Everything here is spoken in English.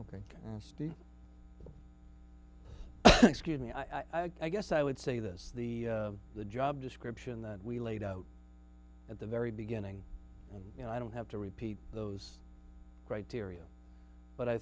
ok excuse me i guess i would say this the the job description that we laid out at the very beginning and you know i don't have to repeat those criteria but i